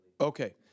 okay